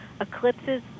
Eclipses